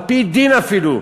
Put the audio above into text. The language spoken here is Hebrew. על-פי דין אפילו,